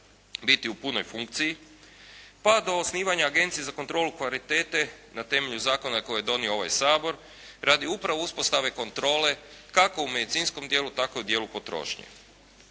biti u punoj funkciji pa do osnivanja agencije za kontrolu kvalitete na temelju zakona koji je donio ovaj Sabor, radi upravo uspostave kontrole kako u medicinskom dijelu tako i u dijelu potrošnje.